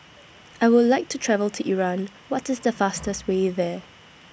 I Would like to travel to Iran What IS The fastest Way There